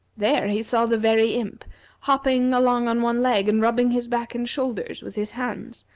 there he saw the very imp hopping along on one leg, and rubbing his back and shoulders with his hands,